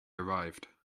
arrived